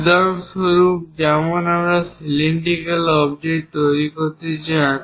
উদাহরণস্বরূপ যেমন আপনি সিলিন্ডিকাল অবজেক্ট তৈরি করতে চান